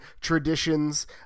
traditions